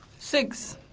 six,